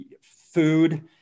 food